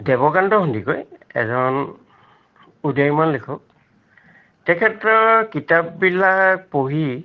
দেৱকান্ত সন্দিকৈ এজন উদীয়মান লেখক তেখেতৰ কিতাপবিলাক পঢ়ি